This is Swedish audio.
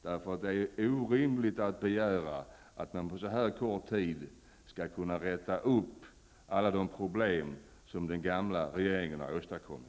Det är orimligt att begära att den på så här kort tid skall kunna lösa alla de problem som den gamla regeringen har åstadkommit.